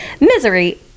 Misery